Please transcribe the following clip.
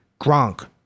Gronk